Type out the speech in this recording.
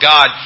God